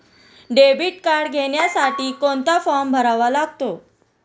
Debit card घेण्यासाठी कोणता form भरावा लागतो?